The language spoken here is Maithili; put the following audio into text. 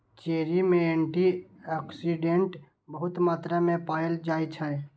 चेरी मे एंटी आक्सिडेंट बहुत मात्रा मे पाएल जाइ छै